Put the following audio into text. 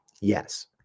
Yes